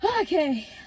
okay